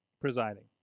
presiding